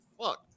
fuck